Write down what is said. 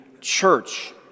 church